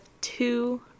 two